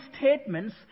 statements